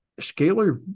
scalar